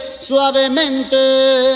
suavemente